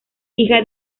hija